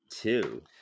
two